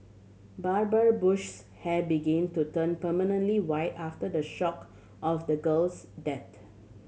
Barbara Bush's hair begin to turn prematurely white after the shock of the girl's death